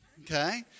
okay